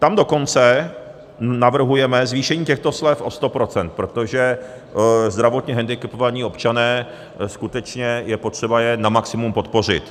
Tam dokonce navrhujeme zvýšení těchto slev o 100 %, protože zdravotně hendikepované občany je skutečně potřeba na maximum podpořit.